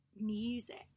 music